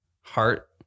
Heart